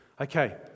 Okay